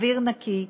אוויר נקי,